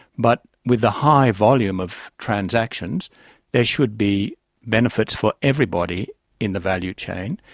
but with a high volume of transactions there should be benefits for everybody in the value chain,